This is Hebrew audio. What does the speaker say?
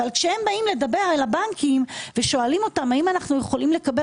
אבל כשהם באים לדבר אל הבנקים ושואלים אותם האם אנחנו יכולים לקבל